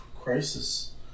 crisis